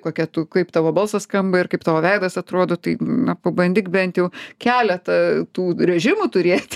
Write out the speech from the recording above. kokia tu kaip tavo balsas skamba ir kaip tavo veidas atrodo taip na pabandyk bent jau keletą tų režimų turėti